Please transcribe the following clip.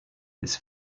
this